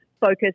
focus